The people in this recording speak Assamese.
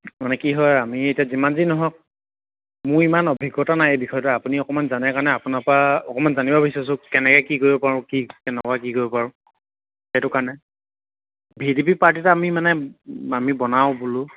মানে কি হয় আমি এতিয়া যিমান যি নহওক মোৰ ইমান অভিজ্ঞতা নাই এই বিষয়ত আপুনি অকণমান জানে কাৰণে আপোনাৰ পৰা অকণমান জানিব বিচাৰিছোঁ কেনেকৈ কি কৰিব পাৰোঁ কি কেনেকুৱা কি কৰিব পাৰোঁ সেইটো কাৰণে ভি ডি পি পাৰ্টীতে আমি মানে আমি বনাওঁ বোলো